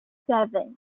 seven